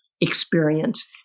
experience